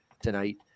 tonight